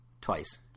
Twice